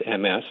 MS